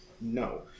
no